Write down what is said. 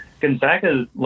Gonzaga